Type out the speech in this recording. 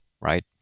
right